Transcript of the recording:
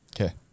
Okay